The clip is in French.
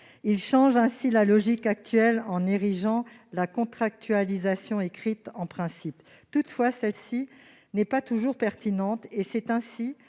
change la logique actuelle en érigeant la contractualisation écrite en principe. Toutefois, celle-ci n'est pas toujours pertinente et c'est à